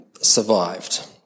survived